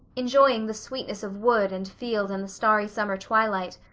enjoying the sweetness of wood and field and the starry summer twilight,